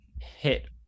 hit